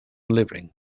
living